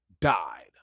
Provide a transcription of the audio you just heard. died